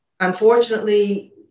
Unfortunately